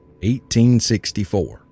1864